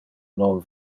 non